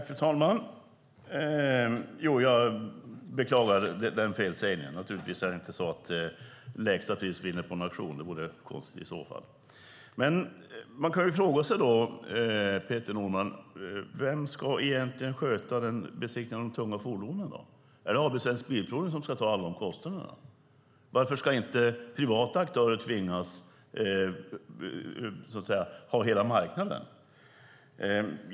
Fru talman! Jag beklagar felsägningen. Naturligtvis vinner inte lägsta pris på en auktion - det vore konstigt i så fall. Man kan fråga sig, Peter Norman, vem som egentligen ska sköta besiktningen av de tunga fordonen. Är det AB Svensk Bilprovning som ska ta alla dessa kostnader? Varför ska inte privata aktörer tvingas ha hela marknaden?